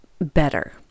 better